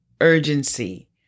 urgency